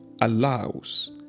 allows